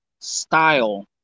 style